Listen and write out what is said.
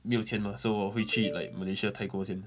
没有钱 mah so 我会去 like malaysia 泰国先